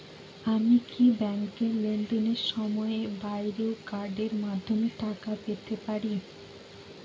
আমি কি ব্যাংকের লেনদেনের সময়ের বাইরেও কার্ডের মাধ্যমে টাকা পেতে পারি?